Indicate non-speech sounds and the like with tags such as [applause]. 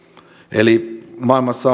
eli maailmassa [unintelligible]